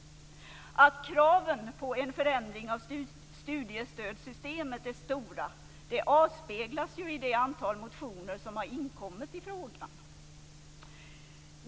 Att kraven på en förändring av studiestödssystemet är stora avspeglas i det antal motioner som har inkommit i frågan.